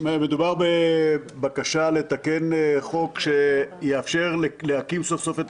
מדובר בבקשה לתקן חוק שיאפשר להקים סוף סוף את